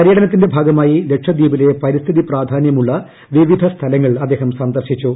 പര്യടനത്തിന്റെ ഭാഗമായി ലക്ഷദ്വീപിലെ പരിസ്ഥിതി പ്രാധാന്യമുള്ള വിവിധ സ്ഥലങ്ങൾ അദ്ദേഹം സന്ദർശിച്ചു